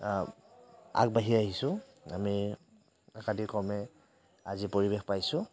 আগবাঢ়ি আহিছোঁ আমি একাদিক্ৰমে আজি পৰিৱেশ পাইছোঁ